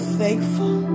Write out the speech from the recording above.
thankful